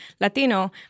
Latino